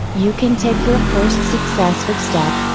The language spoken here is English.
you can take your first successward step,